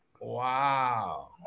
Wow